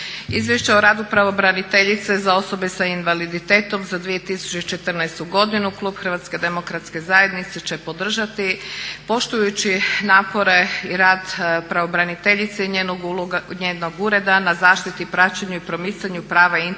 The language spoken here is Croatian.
Izvješće o radu pravobraniteljice za osobe s invaliditetom za 2014. godinu klub HDZ-a će podržati poštujući napore i rad pravobraniteljice i njenog ureda na zaštiti, praćenju i promicanju prava i interesa